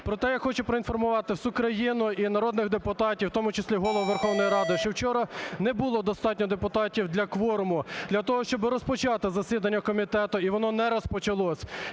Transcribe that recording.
Проти я хочу проінформувати всю країну і народних депутатів, в тому числі Голову Верховної Ради, що вчора не було достатньо депутатів для кворуму, для того, щоби розпочати засідання комітету, і воно не розпочалося.